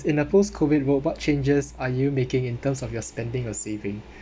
in a post COVID world what changes are you making in terms of your spending or saving